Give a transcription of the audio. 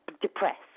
depressed